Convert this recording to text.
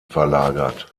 verlagert